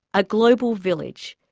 a global village.